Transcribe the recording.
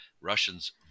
russians